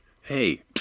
Hey